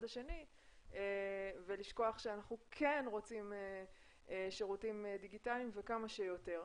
השני ולשכוח שאנחנו כן רוצים שירותים דיגיטליים וכמה שיותר.